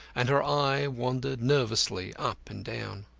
and her eye wandered nervously up and down.